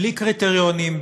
בלי קריטריונים,